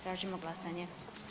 Tražimo glasanje.